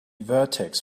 vertex